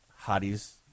hotties